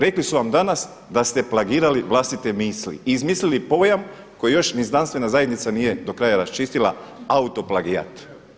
Rekli su vam danas da ste plagirali vlastite misli i izmislili pojam koji još ni znanstvena zajednica nije do kraja raščistila, autoplagijat.